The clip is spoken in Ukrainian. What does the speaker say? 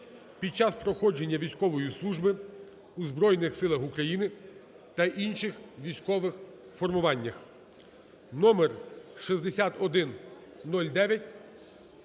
під час проходження військової служби у Збройних Силах України та інших військових формуваннях